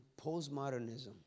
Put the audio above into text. Postmodernism